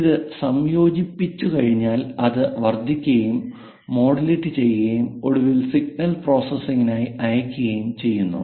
ഇത് സംയോജിപ്പിച്ചുകഴിഞ്ഞാൽ അത് വർദ്ധിപ്പിക്കുകയും മോഡുലേറ്റ് ചെയ്യുകയും ഒടുവിൽ സിഗ്നൽ പ്രോസസ്സിംഗിനായി അയയ്ക്കുകയും ചെയ്യുന്നു